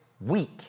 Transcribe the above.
week